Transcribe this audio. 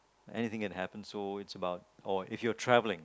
anything can happen so it's about or if you are travelling